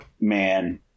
man